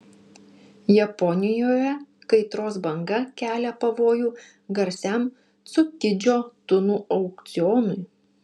japonijoje kaitros banga kelia pavojų garsiam cukidžio tunų aukcionui